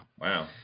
Wow